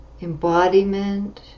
embodiment